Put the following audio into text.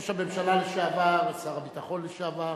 ראש הממשלה לשעבר ושר הביטחון לשעבר,